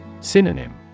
Synonym